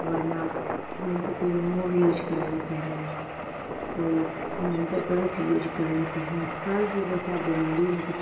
ورنہ نہیں تو کوئی موو یوز کر لیتے ہیں کوئی مینٹو پلس یوز کر لیتے ہیں سرج جیسا بیماری مطلب